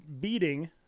beating